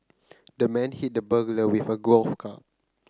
the man hit the burglar with a golf club